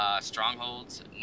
strongholds